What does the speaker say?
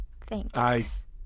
thanks